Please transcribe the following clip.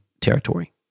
territory